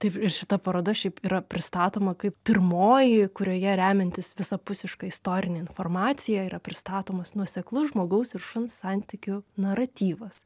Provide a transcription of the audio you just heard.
taip ir šita paroda šiaip yra pristatoma kaip pirmoji kurioje remiantis visapusiška istorine informacija yra pristatomas nuoseklus žmogaus ir šuns santykių naratyvas